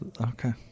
Okay